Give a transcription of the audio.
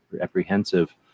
apprehensive